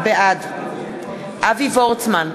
בעד אבי וורצמן,